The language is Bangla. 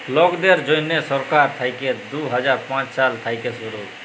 লকদের জ্যনহে সরকার থ্যাইকে দু হাজার পাঁচ সাল থ্যাইকে শুরু